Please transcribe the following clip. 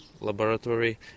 laboratory